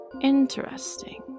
Interesting